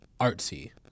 artsy